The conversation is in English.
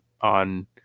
on